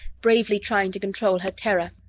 bravely trying to control her terror.